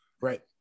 right